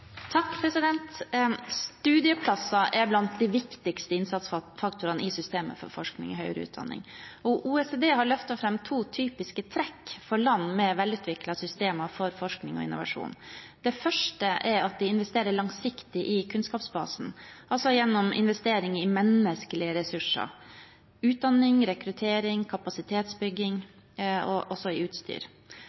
Studieplasser er blant de viktigste innsatsfaktorene i systemet for forskning i høyere utdanning, og OECD har løftet fram to typiske trekk for land med velutviklede systemer for forskning og innovasjon. Det første er at det investeres langsiktig i kunnskapsbasen, altså gjennom investering i menneskelige ressurser: utdanning, rekruttering, kapasitetsbygging og